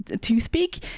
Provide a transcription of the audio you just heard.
toothpick